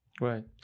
Right